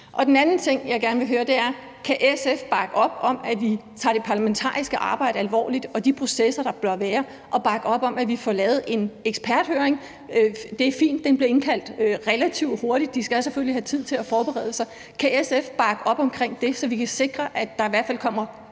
Den anden ting, jeg gerne vil høre, er: Kan SF bakke op om, at vi tager det parlamentariske arbejde og de processer, der bør være, alvorligt, og bakke op om, at vi får lavet en eksperthøring? Det er fint, at der bliver indkaldt til den relativt hurtigt; de skal selvfølgelig have tid til at forberede sig. Kan SF bakke op om det, så vi kan sikre, at der i hvert fald kommer